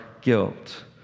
guilt